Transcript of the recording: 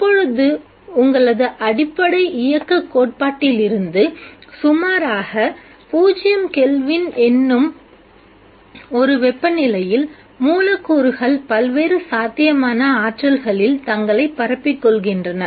இப்பொழுது உங்களது அடிப்படை இயக்கக்கோட்பாட்டிலிருந்து சுமாராக 0 கெல்வின் என்னும் ஒரு வெப்பநிலையில் மூலக்கூறுகள் பல்வேறு சாத்தியமான ஆற்றல்களில் தங்களை பரப்பிக்கொள்கின்றன